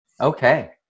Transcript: Okay